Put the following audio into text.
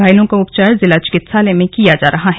घायलों का उपचार जिला चिकित्सालय में किया जा रहा है